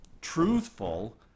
truthful